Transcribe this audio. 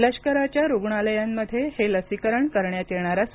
लष्कराच्या रुग्णालयांमध्ये हे लसीकरण करण्यात येणार आहे